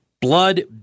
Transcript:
Blood